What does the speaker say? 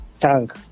tank